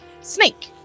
Snake